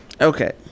okay